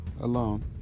alone